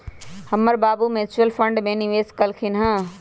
हमर बाबू mutual fund में निवेश कलखिंन्ह ह